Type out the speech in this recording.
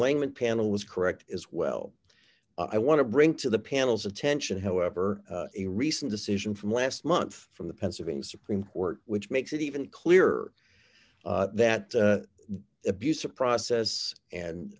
langman panel was correct as well i want to bring to the panel's attention however a recent decision from last month from the pennsylvania supreme court which makes it even clearer that abuse of process and